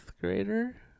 grader